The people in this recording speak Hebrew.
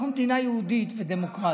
אנחנו מדינה יהודית ודמוקרטית,